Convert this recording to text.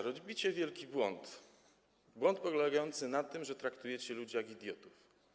Robicie wielki błąd, błąd polegający na tym, że traktujecie ludzi jak idiotów.